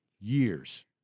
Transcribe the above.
years